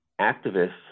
activists